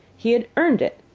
he had earned it,